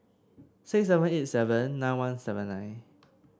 six seven eight seven nine one seven nine